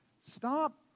Stop